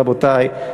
רבותי,